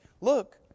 Look